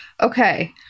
okay